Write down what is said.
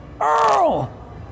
Earl